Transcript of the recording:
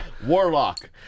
Warlock